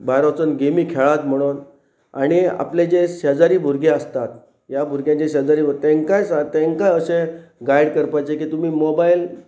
भायर वचून गेमी खेळात म्हणून आनी आपले जे शेजारी भुरगे आसतात ह्या भुरग्यां ज शेजारी तांकांय स तांकां अशें गायड करपाचे की तुमी मोबायल